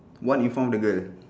one in front of the girl